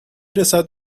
رسد